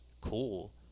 cool